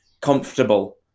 comfortable